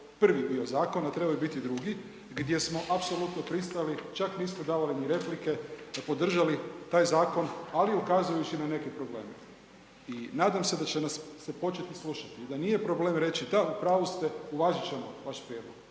prvi bio zakon, a trebao je biti drugi, gdje smo apsolutno pristali, čak nismo davali ni replike, podržali taj zakon, ali ukazujući na neke probleme. I nadam se da će nas se početi slušati i da nije problem reći da, u pravu ste, uvažit ćemo vaš